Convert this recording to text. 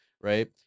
right